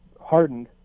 hardened